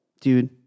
dude